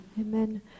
Amen